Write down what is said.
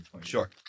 Sure